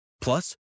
Plus